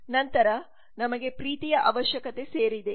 ನಂತರ ನಮಗೆ ಪ್ರೀತಿಯ ಅವಶ್ಯಕತೆ ಮತ್ತು ಸೇರಿದೆ